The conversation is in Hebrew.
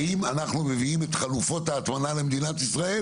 האם אנחנו מביאים את חלופות ההטמנה למדינת ישראל